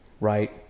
right